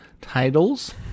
titles